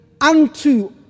unto